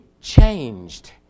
changed